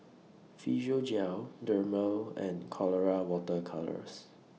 Physiogel Dermale and Colora Water Colours